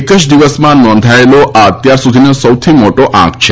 એક જ દિવસમાં નોંધાયેલો આ અત્યાર સુધીનો સૌથી મોટો આંક છે